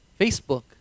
Facebook